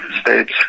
states